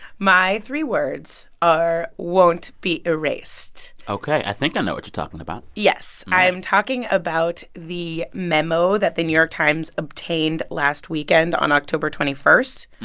my three words are, won't be erased ok. i think i know what you're talking about yes. i'm talking about the memo that the new york times obtained last weekend, on october twenty one,